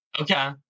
Okay